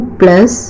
plus